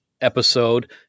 episode